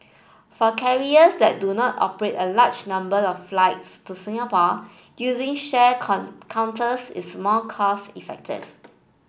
for carriers that do not operate a large number of flights to Singapore using shared counters is more cost effective